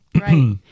Right